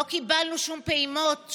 לא קיבלנו שום פעימות,